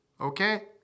Okay